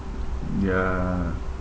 ya